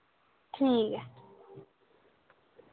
ठीक ऐ